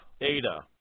Ada